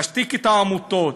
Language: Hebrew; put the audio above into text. להשתיק את העמותות.